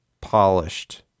polished